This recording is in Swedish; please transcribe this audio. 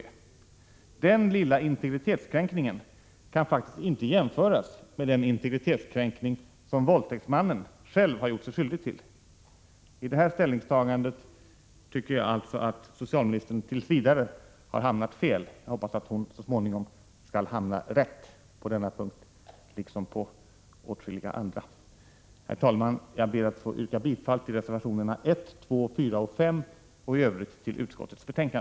Den lilla 23 april 1987 integritetskränkningen kan faktiskt inte jämföras med den integritetskränkning som våldtäktsmannen själv har gjort sig skyldig till. I det här ställningstagandet tycker jag alltså att socialministern tills vidare har hamnat fel; jag hoppas att hon så småningom skall hamna rätt på denna punkt liksom på åtskilliga andra. Herr talman! Jag ber att få yrka bifall till reservationerna 1, 2, 4 och 5 och i övrigt till utskottets hemställan.